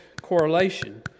correlation